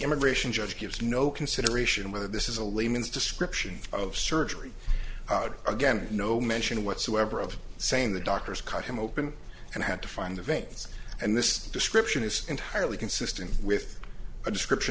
immigration judge gives no consideration whether this is a layman's description of surgery again no mention whatsoever of saying the doctors cut him open and had to find the vents and this description is entirely consistent with a description